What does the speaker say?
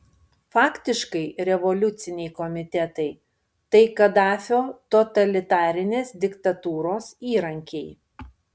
faktiškai revoliuciniai komitetai tai kadafio totalitarinės diktatūros įrankiai